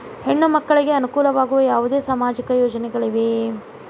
ಹೆಣ್ಣು ಮಕ್ಕಳಿಗೆ ಅನುಕೂಲವಾಗುವ ಯಾವುದೇ ಸಾಮಾಜಿಕ ಯೋಜನೆಗಳಿವೆಯೇ?